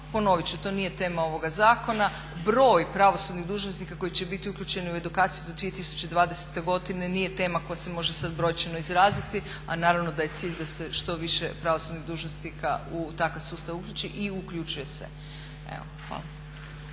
Ponovit ću, to nije tema ovoga zakona. Broj pravosudnih dužnosnika koji će biti uključeni u edukaciju do 2020.godine nije tema koja se može sad brojčano izraziti a naravno da je cilj da se što više pravosudnih dužnosnika u takve sustav uključi i uključuje se.